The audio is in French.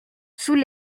sous